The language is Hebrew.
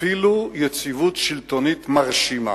אפילו יציבות שלטונית מרשימה.